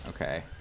Okay